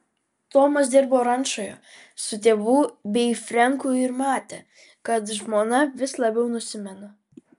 tomas dirbo rančoje su tėvu bei frenku ir matė kad žmona vis labiau nusimena